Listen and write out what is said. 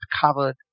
covered